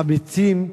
אמיצים,